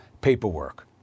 paperwork